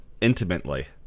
Intimately